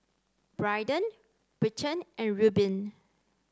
Braiden Britton and Rubin